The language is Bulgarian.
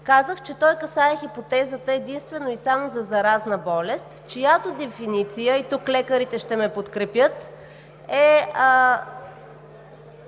Казах, че той касае хипотезата единствено и само за заразна болест, чиято дефиниция, и тук лекарите ще ме подкрепят, е